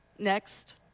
Next